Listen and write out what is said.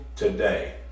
Today